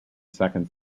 second